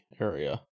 area